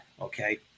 Okay